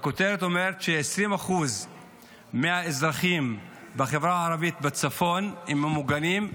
הכותרת אומרת ש-20% מהאזרחים בחברה הערבית בצפון ממוגנים,